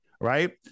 Right